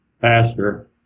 pastor